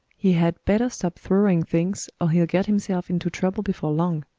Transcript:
he had better stop throwing things or he'll get himself into trouble before long,